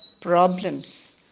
problems